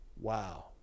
wow